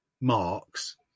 marks